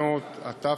הגזענות),